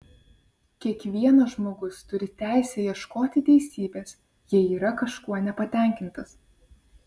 kiekvienas žmogus turi teisę ieškoti teisybės jei yra kažkuo nepatenkintas